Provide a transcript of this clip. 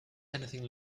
anything